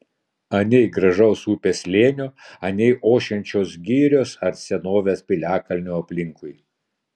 anei gražaus upės slėnio anei ošiančios girios ar senovės piliakalnio aplinkui